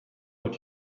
what